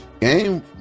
game